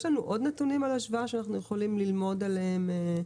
יש לנו עוד נתונים להשוואה שאנחנו יכולים ללמוד עליהם,